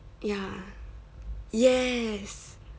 ya yes